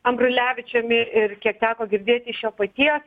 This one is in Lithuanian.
ambrulevičiumi ir kiek teko girdėti iš jo paties